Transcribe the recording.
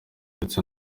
ndetse